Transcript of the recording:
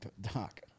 Doc